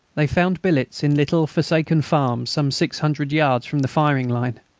they found billets in little forsaken farms some six hundred yards from the firing line.